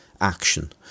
action